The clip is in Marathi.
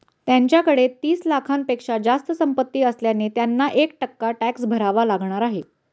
त्यांच्याकडे तीस लाखांपेक्षा जास्त संपत्ती असल्याने त्यांना एक टक्का टॅक्स भरावा लागणार आहे